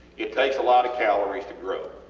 it takes a lot of calories to grow.